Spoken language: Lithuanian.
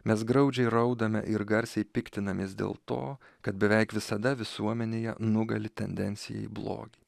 mes graudžiai raudame ir garsiai piktinamės dėl to kad beveik visada visuomenėje nugali tendencija į blogį